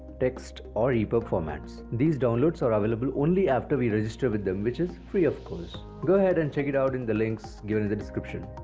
text or epub formats. these downloads are available only after we register with them, which is free ofcourse. go ahead and check it out in the links given in the description.